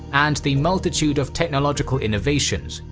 and the multitude of technological innovations,